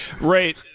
Right